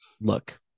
Look